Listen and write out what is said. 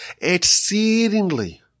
exceedingly